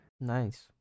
Nice